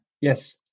Yes